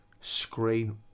screen